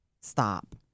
stop